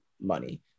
money